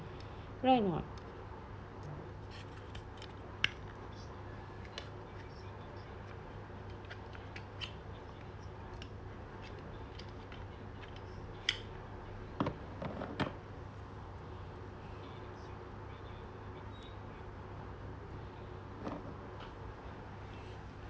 right or not